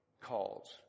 calls